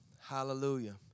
Hallelujah